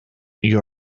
you